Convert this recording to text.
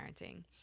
parenting